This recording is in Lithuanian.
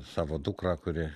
savo dukrą kuri